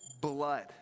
blood